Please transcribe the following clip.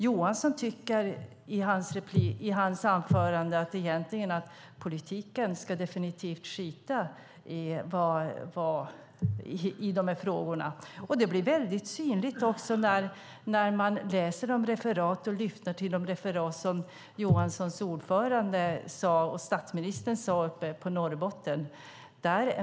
Johansson tycker enligt sitt anförande att politiken definitivt ska skita i de här frågorna. Det blir synligt också i referaten av vad Johanssons partiordförande, statsministern, sade uppe i Norrbotten.